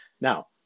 Now